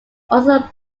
also